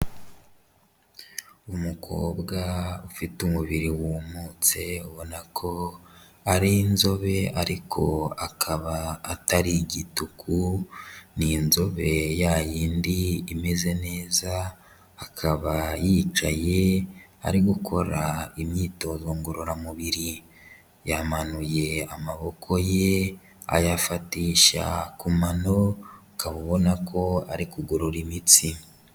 Umukobwa ufite umubiri wumutse ubona ko ari inzobe ariko akaba atari igituku, ni inzobe ya yindi imeze neza akaba yicaye ari gukora imyitozo ngororamubiri, yamanuye amaboko ye ayafatisha ku mano ukaba ubona ko ari kugorora imitsi.